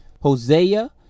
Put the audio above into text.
hosea